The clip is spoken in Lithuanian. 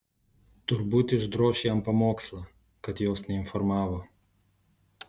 turbūt išdroš jam pamokslą kad jos neinformavo